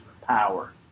power